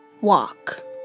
walk